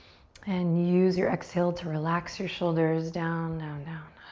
and use your exhale to relax your shoulders down, down, down,